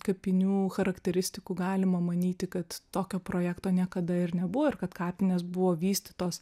kapinių charakteristikų galima manyti kad tokio projekto niekada ir nebuvo ir kad kapinės buvo vystytos